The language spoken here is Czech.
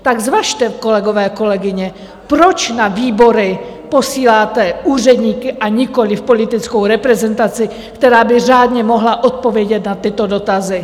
Tak zvažte, kolegové, kolegyně, proč na výbory posíláte úředníky a nikoliv politickou reprezentaci, která by řádně mohla odpovědět na tyto dotazy?